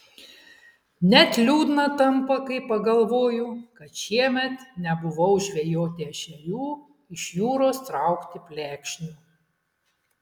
net liūdna tampa kai pagalvoju kad šiemet nebuvau žvejoti ešerių iš jūros traukti plekšnių